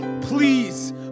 please